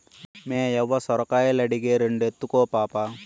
మేయవ్వ సొరకాయలడిగే, రెండెత్తుకో పాపా